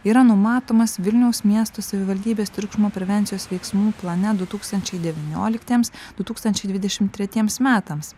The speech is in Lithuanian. yra numatomas vilniaus miesto savivaldybės triukšmo prevencijos veiksmų plane du tūkstančiai devynioliktiems du tūkstančiai dvidešimt tretiems metams